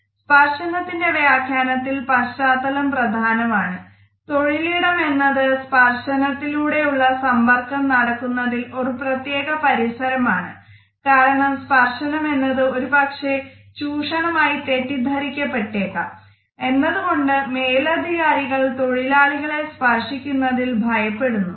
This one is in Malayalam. സ്പർശനത്തിന്റ വ്യാഖ്യാനത്തിൽ പശ്ചാത്തലം പ്രധാനമാണ് തൊഴിൽ ഇടം എന്നത് സ്പർശനത്തിലൂടെ ഉള്ള സമ്പർക്കം നടക്കുന്നതിൽ ഒരു പ്രത്യേക പരിസരമാണ് കാരണം സ്പർശനം എന്നത് ഒരു പക്ഷെ ചൂഷണമായി തെറ്റിധരിക്കപ്പെട്ടെക്കാം എന്നത് കൊണ്ട് മേലധികാരികൾ തൊഴിലാളികളെ സ്പർശിക്കുന്നതിൽ ഭയപ്പെടുന്നു